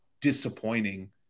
disappointing